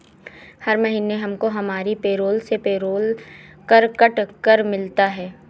हर महीने हमको हमारी पेरोल से पेरोल कर कट कर मिलता है